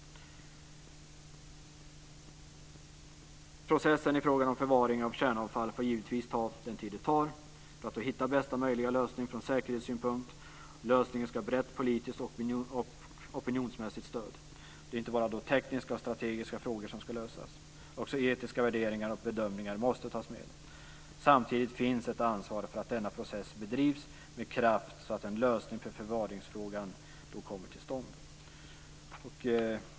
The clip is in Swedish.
Processen i frågan om förvaring av kärnavfall får givetvis ta den tid den tar för att man ska hitta bästa möjliga lösning från säkerhetssynpunkt. Lösningen ska ha ett brett politiskt och opinionsmässigt stöd. Det är inte bara tekniska och strategiska frågor som ska lösas. Också etiska värderingar och bedömningar måste tas med. Samtidigt finns ett ansvar för att denna process bedrivs med kraft, så att en lösning av förvaringsfrågan kommer till stånd.